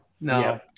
No